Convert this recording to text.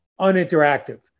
uninteractive